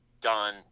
done